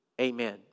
Amen